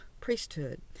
priesthood